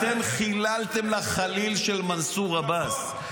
אתם חיללתם, לחליל של מנסור עבאס.